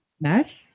mesh